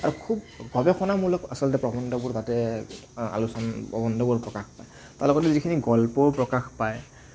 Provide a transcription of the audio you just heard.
আৰু খুব গৱেষণামূলক আচলতে প্ৰবন্ধবোৰ তাতে প্ৰকাশ পায় তাৰ লগতে যিখিনি গল্প প্ৰকাশ পায়